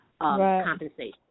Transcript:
compensation